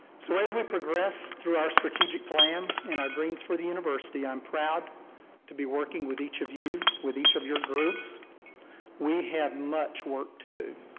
so as we progress through our strategic plan and our dreams for the university, i'm proud to be working with each of you, with each of your groups we have much work to do,